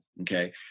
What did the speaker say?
okay